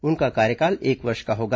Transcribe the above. उनका कार्यकाल एक वर्ष का होगा